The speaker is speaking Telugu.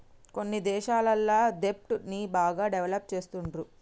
కొన్ని దేశాలల్ల దెబ్ట్ ని బాగా డెవలప్ చేస్తుండ్రు